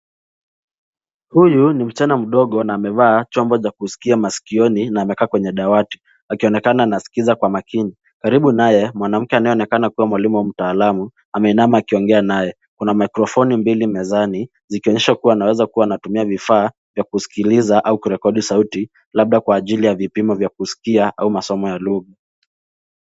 Huyu ni msichana mdogo na amevaa chombo cha kuskia masikioni na amekaa kwenye dawati akionekana anaskiza kwa makini. Karibu naye , mwanamke anayeonekana kuwa mwalimu wa mataalamu, ameinama akiongea naye. Kuna mikrofoni mbili mezani zikionyesha kuwa anaweza kuwa anatumia vifaa vya kusikiliza au kurekodi sauti labda kwa ajili ya vipimo vya kuskia au masomo ya lugha.